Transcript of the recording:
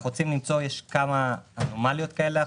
יש כמה אנומליות כאלה.